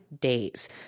days